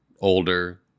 older